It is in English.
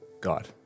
God